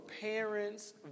parents